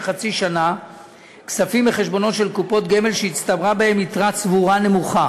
חצי שנה כספים מחשבונות של קופות גמל שהצטברה בהם יתרה צבורה נמוכה.